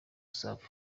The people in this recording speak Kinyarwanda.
safi